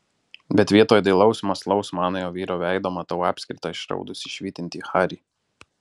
bet vietoj dailaus mąslaus manojo vyro veido matau apskritą išraudusį švytintį harį